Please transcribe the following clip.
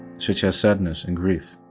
such as sadness and grief.